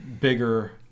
bigger